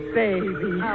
baby